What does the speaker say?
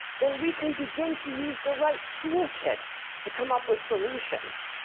then we can begin to use the right tool kit to come up with solutions.